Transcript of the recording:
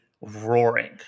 roaring